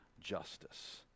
justice